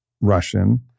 Russian